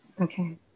Okay